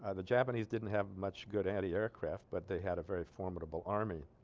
ah the japanese didn't have much good antiaircraft but they had a very formidable army